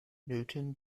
newton